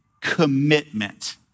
commitment